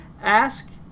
Ask